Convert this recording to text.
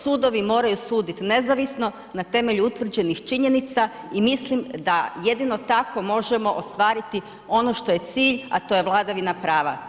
Sudovi moraju suditi nezavisno na temelju utvrđenih činjenica i mislim da jedino tako možemo ostvariti ono što je cilj, a to je vladavina prava.